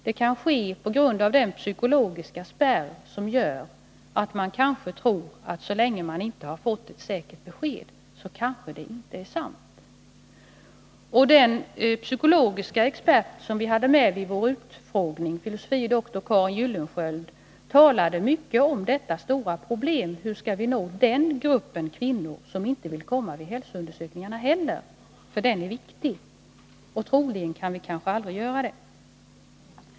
Det kanske beror på den psykologiska spärr som gör att man tror att så länge man inte har fått ett säkert besked kanske det inte är fråga om cancer. Den psykologiska expert som vi hade med i vår utfrågning, fil. dr Karin Gyllensköld, talade mycket om det stora problemet hur vi skall nå den grupp av kvinnor som inte kommer heller till hälsoundersökningarna. Den gruppen är viktig, men kanske kan vi aldrig lyckas med detta.